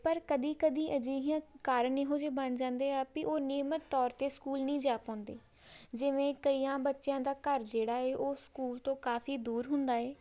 ਪਰ ਕਦੇ ਕਦੇ ਅਜਿਹੀਆਂ ਕਾਰਣ ਇਹੋ ਜਿਹੇ ਬਣ ਜਾਂਦੇ ਆ ਵੀ ਉਹ ਨਿਯਮਤ ਤੌਰ 'ਤੇ ਸਕੂਲ ਨਹੀਂ ਜਾ ਪਾਉਂਦੇ ਜਿਵੇਂ ਕਈਆਂ ਬੱਚਿਆਂ ਦਾ ਘਰ ਜਿਹੜਾ ਹੈ ਉਹ ਸਕੂਲ ਤੋਂ ਕਾਫ਼ੀ ਦੂਰ ਹੁੰਦਾ ਹੈ